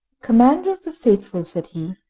commander of the faithful, said he,